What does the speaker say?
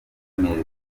neza